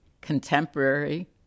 contemporary